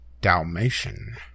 Dalmatian